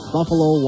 Buffalo